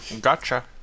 gotcha